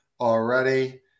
already